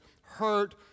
hurt